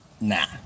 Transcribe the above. Nah